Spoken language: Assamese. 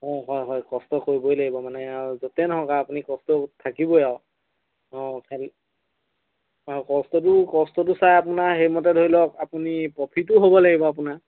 অ হয় হয় কষ্ট কৰিবই লাগিব মানে আৰু য'তে নহওক আৰু আপুনি কষ্ট থাকিবই আৰু অ অ কষ্টটো কষ্টটো চাই আপোনাৰ সেইমতে ধৰি লওক আপুনি প্ৰ'ফিটো হ'ব লাগিব আপোনাৰ